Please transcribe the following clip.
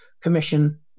commission